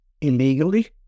illegally